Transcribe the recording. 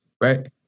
right